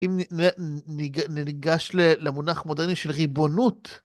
אם ניגש למונח המודרני של ריבונות...